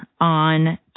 on